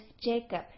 Jacob